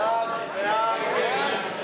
היושב-ראש.